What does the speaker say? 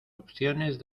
opciones